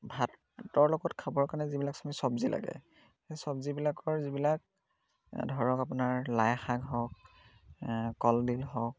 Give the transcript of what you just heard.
ভাতৰ লগত খাবৰ কাৰণে যিবিলাক চমি চবজি লাগে সেই চবজিবিলাকৰ যিবিলাক ধৰক আপোনাৰ লাইশাক হওক কলদিল হওক